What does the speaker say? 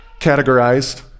categorized